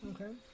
Okay